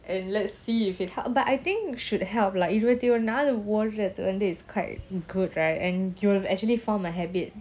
and let's see if it help but I think should help lah இருபத்தேழுநாலுஓட்றது:irubathelu naalu odrathu then that is quite good right and you will actually form a habit